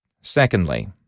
Secondly